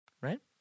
Right